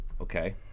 Okay